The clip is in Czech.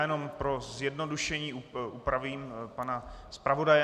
Jenom pro zjednodušení upravím pana zpravodaje.